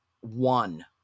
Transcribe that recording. one